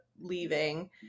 leaving